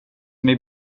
may